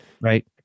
right